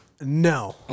No